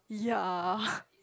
ya